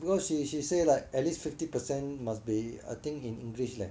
because she she say like at least fifty percent must be I think in english leh